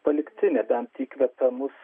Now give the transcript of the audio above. palikti nebent įkvepia mus